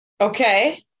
okay